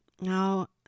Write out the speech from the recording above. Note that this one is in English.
Now